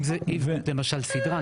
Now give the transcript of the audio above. אם זה למשל סדרה,